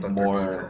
more